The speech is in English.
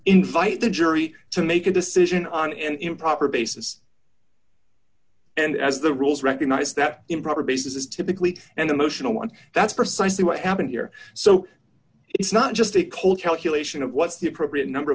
invite the jury to make a decision on an improper basis and as the rules recognize that improper basis is typically and emotional one that's precisely what happened here so it's not just a cold calculation of what's the appropriate number